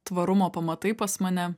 tvarumo pamatai pas mane